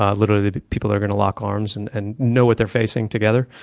ah literally, the people are going to lock arms and and know what they're facing together.